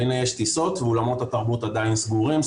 והנה יש טיסות ואולמות התרבות עדיין סגורים,